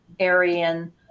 Aryan